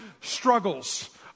struggles